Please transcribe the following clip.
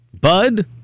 Bud